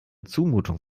zumutung